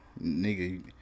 Nigga